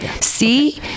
see